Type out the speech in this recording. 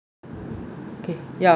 okay ya